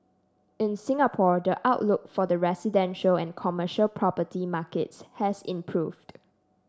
in Singapore the outlook for the residential and commercial property markets has improved